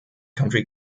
country